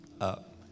up